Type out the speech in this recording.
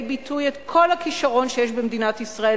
ביטוי את כל הכשרון שיש במדינת ישראל,